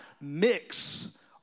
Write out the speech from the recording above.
mix